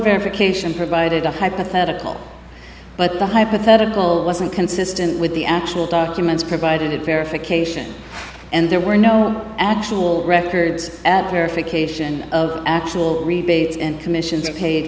verification provided a hypothetical but the hypothetical wasn't consistent with the actual documents provided verification and there were no actual records verification of actual rebates and commissions paid